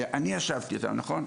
אני ישבתי איתם והכנו,